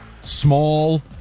small